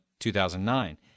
2009